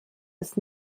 ist